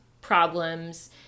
problems